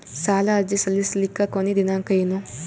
ಸಾಲ ಅರ್ಜಿ ಸಲ್ಲಿಸಲಿಕ ಕೊನಿ ದಿನಾಂಕ ಏನು?